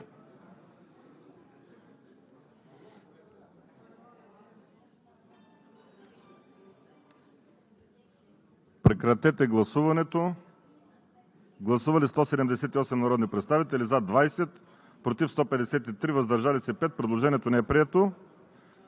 Режим на гласуване. Гласували 176 народни представители: за 18, против 153, въздържали се 5. Предложението не е прието.